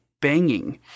banging